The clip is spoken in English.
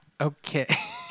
Okay